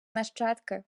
нащадки